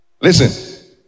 Listen